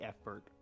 effort